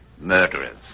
murderers